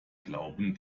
glauben